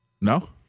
No